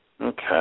Okay